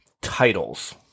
titles –